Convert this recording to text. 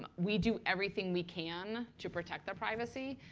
um we do everything we can to protect their privacy.